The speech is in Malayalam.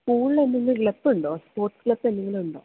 സ്കൂളിലെന്തെങ്കിലും ഉണ്ടോ സ്പോർട്സ് എന്തെങ്കിലുമുണ്ടോ